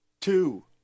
two